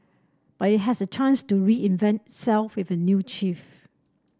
but it has a chance to reinvent itself with a new chief